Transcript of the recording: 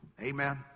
Amen